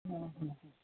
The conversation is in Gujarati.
હ હ હ